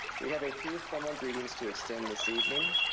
we have a few formal greetings to extend this evening.